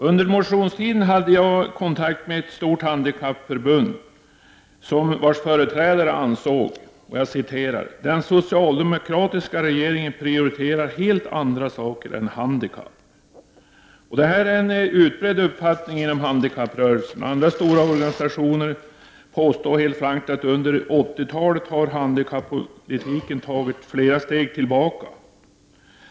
Under motionstiden hade jag kontakt med ett stort handikappförbund, vars företrädare ansåg: ”Den socialdemokratiska regeringen prioriterar helt andra saker än handikapp.” Det här är en utbredd uppfattning inom handikapprörelsen. Andra stora organisationer påstår helt frankt att handikapppolitiken under 80-talet har tagit flera steg tillbaka.